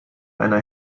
einer